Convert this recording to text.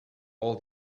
all